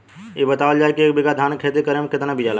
इ बतावल जाए के एक बिघा धान के खेती करेमे कितना बिया लागि?